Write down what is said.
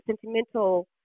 sentimental